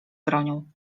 bronią